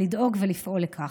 לדאוג ולפעול לכך.